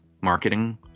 marketing